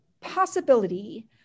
possibility